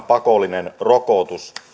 pakollinen rokotus